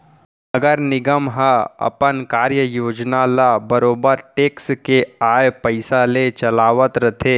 नगर निगम ह अपन कार्य योजना ल बरोबर टेक्स के आय पइसा ले चलावत रथे